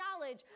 knowledge